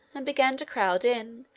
and began to crowd in,